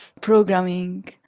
programming